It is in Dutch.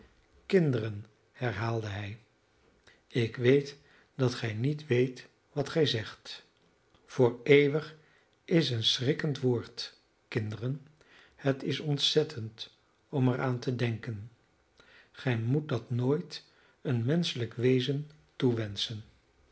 kinderen herhaalde hij ik weet dat gij niet weet wat gij zegt voor eeuwig is een schrikkend woord kinderen het is ontzettend om er aan te denken gij moet dat nooit een menschelijk wezen toewenschen